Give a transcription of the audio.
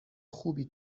خوبی